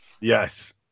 yes